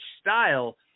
style